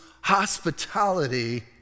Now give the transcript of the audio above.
hospitality